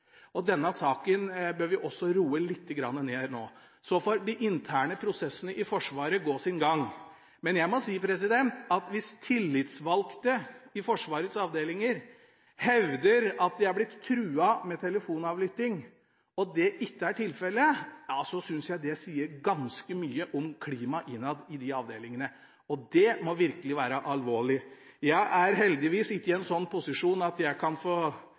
trusler. Denne saken bør vi også roe lite grann ned nå, og så får de interne prosessene i Forsvaret gå sin gang. Men jeg må si at hvis tillitsvalgte i Forsvarets avdelinger hevder at de har blitt truet med telefonavlytting, og det ikke er tilfellet, synes jeg det sier ganske mye om klimaet innad i de avdelingene. Det må virkelig være alvorlig. Jeg er heldigvis ikke i en sånn posisjon at jeg kan